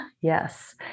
Yes